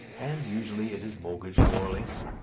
and usually it is mortgaged more or less.